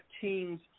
team's